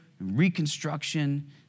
Reconstruction